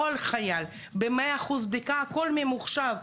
כל חייל ב-100% בדיקה והכול ממוחשב,